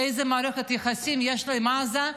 איזו מערכת יחסים יש לו עם עזה,